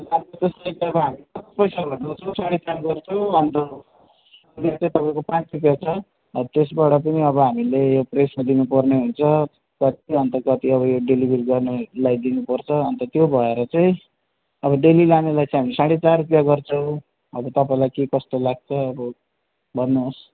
साढे चार गर्छौँ पाँच रुपियाँ छ त्यसबाट पनि हामीले प्रेसलाई दिनु पर्ने हुन्छ कति अन्त कति अब डेलिभरी गर्नेलाई दिनु पर्छ अन्त त्यो भएर चाहिँ अब डेली लानेलाई चाहिँ साढे चार रुपियाँ गर्छौँ अब तपाईँलाई के कस्तो लाग्छ अब भन्नु होस्